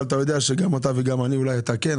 אבל אתה יודע שגם אתה וגם אני אתה כן,